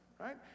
right